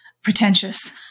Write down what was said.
pretentious